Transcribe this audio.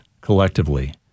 collectively